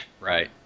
Right